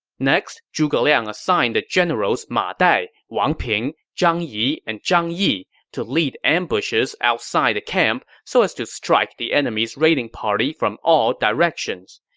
next, zhuge liang assigned the generals ma dai, wang ping, zhang yi, and zhang yi to lead ambushes outside the camp so as to strike the enemy's raiding party from all directions.